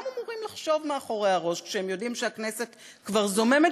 מה הם אמורים לחשוב מאחורי הראש כשהם יודעים שהכנסת כבר זוממת,